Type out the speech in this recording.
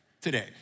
today